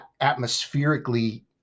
atmospherically